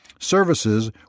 Services